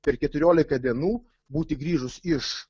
per keturioliką dienų būti grįžus iš